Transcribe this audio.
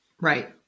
Right